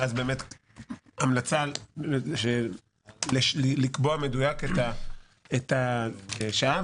ואז המלצה לקבוע במדויק את השעה,